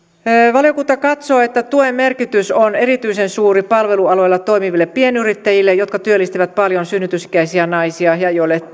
valiokunta katsoo että tuen merkitys on erityisen suuri palvelualoilla toimiville pienyrittäjille jotka työllistävät paljon synnytysikäisiä naisia ja joille